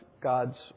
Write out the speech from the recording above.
God's